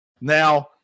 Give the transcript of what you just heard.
now